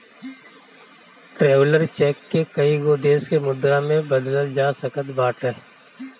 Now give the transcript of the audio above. traveller cheque के कईगो देस के मुद्रा में बदलल जा सकत बाटे